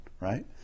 right